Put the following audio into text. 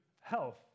health